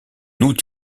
août